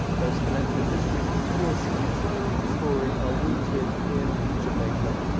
those connected histories, of course, in the sloane story are rooted in jamaica,